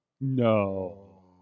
No